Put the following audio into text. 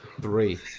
three